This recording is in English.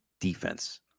defense